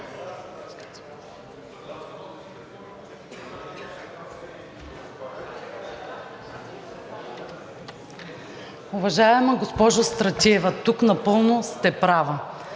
Уважаема госпожо Стратиева, тук напълно сте права.